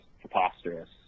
preposterous